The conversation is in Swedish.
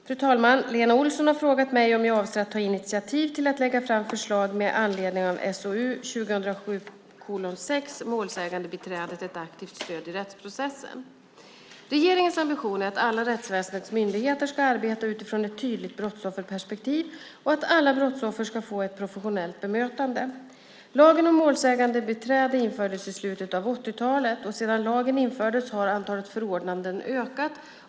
Fru talman! Lena Olsson har frågat mig om jag avser att ta initiativ till att lägga fram förslag med anledning av SOU 2007:6 Målsägandebiträdet - Ett aktivt stöd i rättsprocessen . Regeringens ambition är att alla rättsväsendets myndigheter ska arbeta utifrån ett tydligt brottsofferperspektiv och att alla brottsoffer ska få ett professionellt bemötande. Lagen om målsägandebiträde infördes i slutet av 1980-talet. Sedan lagen infördes har antalet förordnanden ökat.